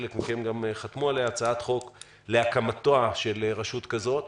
חלק מכם חתמו עליה להקמת רשות כזו.